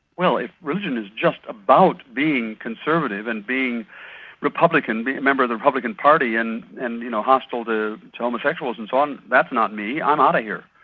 well, if religion is just about being conservative and being republican, being a member of the republican party and and you know, hostile to to homosexuals and so on, that's not me, i'm out of here',